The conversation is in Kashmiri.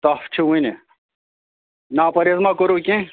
تَپھ چھُ ؤنہِ نا پرہیز ما کورُو کیٚنہہ